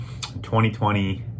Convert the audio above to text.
2020